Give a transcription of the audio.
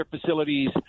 facilities